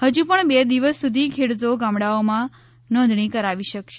હજુ પણ બે દિવસ સુધી ખેડ્રતો ગામડાઓમાં નોંધણી કરાવી શકશે